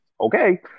okay